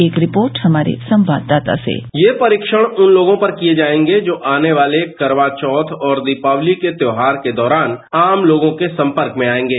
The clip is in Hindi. एक रिपोर्ट हमारे संवाददाता से यह परीक्षण उन लोगों पर किए जाएंगे जो आने वाले करवा चौथ और दीपावली के त्यौहार के दौरान आम लोगों के संपर्क में आएंगे